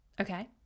Okay